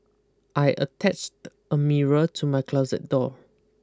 I attached a mirror to my closet door